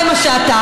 זה מה שאתה,